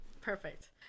Perfect